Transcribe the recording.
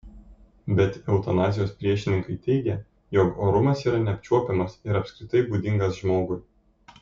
bet eutanazijos priešininkai teigia jog orumas yra neapčiuopiamas ir apskritai būdingas žmogui